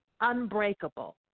Unbreakable